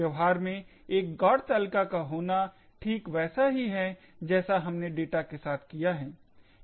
व्यवहार में एक GOT तालिका का होना ठीक वैसा ही है जैसा हमने डेटा के साथ किया है यह काफी समय लगाता है